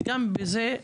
וגם בזה,